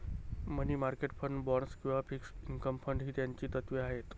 मनी market fund, bonds किंवा fixed income fund ही त्याची तत्त्वे आहेत